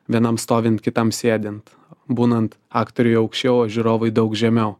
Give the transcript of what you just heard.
vienam stovint kitam sėdint būnant aktoriui aukščiau o žiūrovai daug žemiau